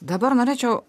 dabar norėčiau